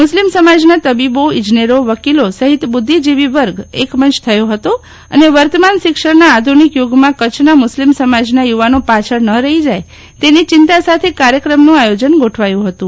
મુસ્લિમ સમાજના તબીબો ઈજનેરો વકીલો સફિત બુદ્ધિજીવી વર્ગ એકમંચ થયો ફતો અને વર્તમાન શિક્ષણના આધુનિક યુગમાં કચ્છના મુસ્લિમ સમાજના યુવાનો પાછળ ન રફી જાય તેની ચિંતા સાથે કાર્યક્રમનું આયોજન ગોઠવાયું હતું